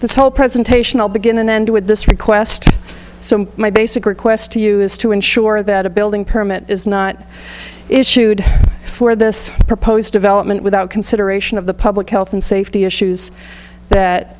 this whole presentation will begin and end with this request so my basic request to you is to insure that a building permit is not issued for this proposed development without consideration of the public health and safety issues that